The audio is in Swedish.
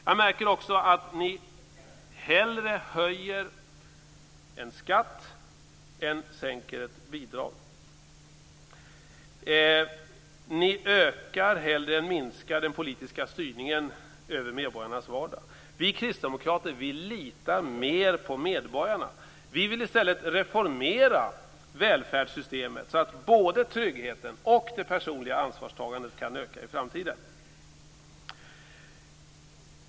Jag märker också att ni hellre höjer en skatt än sänker ett bidrag. Ni ökar, hellre än minskar, den politiska styrningen över medborgarnas vardag. Vi kristdemokrater litar mer på medborgarna. Vi vill i stället reformera välfärdssystemet så att både tryggheten och det personliga ansvarstagandet kan öka i framtiden.